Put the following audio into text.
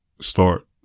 start